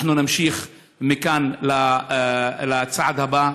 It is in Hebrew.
אנחנו נמשיך מכאן לצעד הבא,